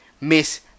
Miss